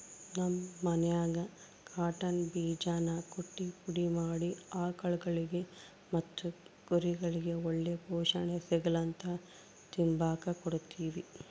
ನಮ್ ಮನ್ಯಾಗ ಕಾಟನ್ ಬೀಜಾನ ಕುಟ್ಟಿ ಪುಡಿ ಮಾಡಿ ಆಕುಳ್ಗುಳಿಗೆ ಮತ್ತೆ ಕುರಿಗುಳ್ಗೆ ಒಳ್ಳೆ ಪೋಷಣೆ ಸಿಗುಲಂತ ತಿಂಬಾಕ್ ಕೊಡ್ತೀವಿ